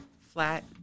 Flat